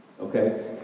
Okay